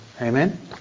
Amen